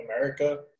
America